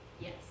Yes